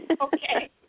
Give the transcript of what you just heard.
Okay